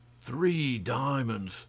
three diamonds!